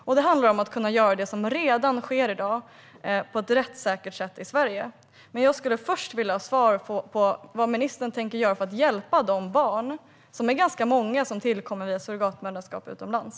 Den handlar också om att kunna göra det som redan sker i dag på ett rättssäkert sätt i Sverige. Men jag skulle först vilja ha svar på vad ministern tänker göra för att hjälpa de barn, som är ganska många, som tillkommer via surrogatmoderskap utomlands.